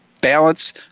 balance